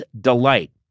delight